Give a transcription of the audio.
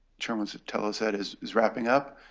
chairman sotelo said is is wrapping up.